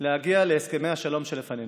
להגיע להסכמי השלום שלפנינו.